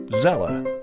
Zella